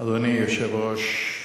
אדוני היושב-ראש,